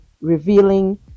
revealing